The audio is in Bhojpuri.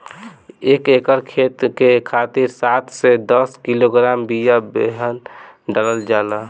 एक एकर खेत के खातिर सात से दस किलोग्राम बिया बेहन डालल जाला?